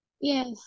Yes